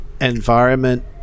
environment